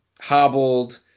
hobbled